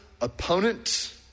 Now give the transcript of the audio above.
opponent